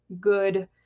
good